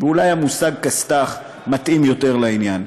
ואולי המושג כסת"ח מתאים יותר לעניין.